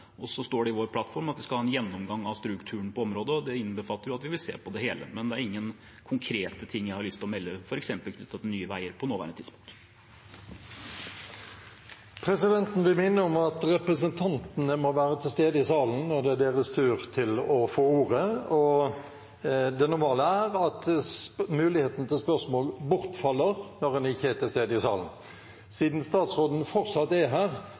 står i vår plattform at vi skal ha en gjennomgang av strukturen på området, og det innbefatter jo at vi vil se på det hele, men det er ingen konkrete ting jeg har lyst til å melde om, f.eks. knyttet til Nye Veier, på nåværende tidspunkt. Presidenten vil minne om at representantene må være til stede i salen når det er deres tur til å få ordet. Det normale er at muligheten til spørsmål bortfaller når en ikke er til stede i salen. Siden statsråden fortsatt er her,